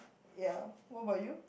ya what about you